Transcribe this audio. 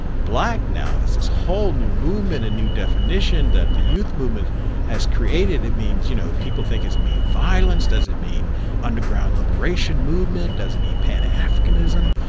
black now is this whole new movement and new definition that the youth movement has created. it means you know, people think does it mean violence, does it mean underground liberation movement, does it mean pan africanism,